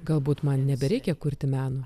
galbūt man nebereikia kurti meno